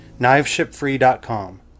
Kniveshipfree.com